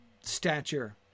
stature